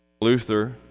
Luther